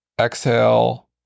exhale